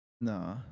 Nah